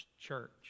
church